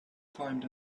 climbed